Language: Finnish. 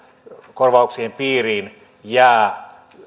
korvauksien piiriin jää